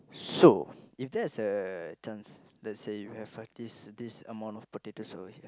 so if there's a chance let's say you have uh this this amount of potatoes over here